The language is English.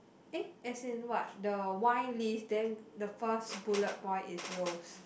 eh as in what the wine list then the first bullet point is rose